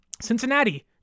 Cincinnati